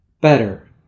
Better